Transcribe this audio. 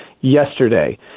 yesterday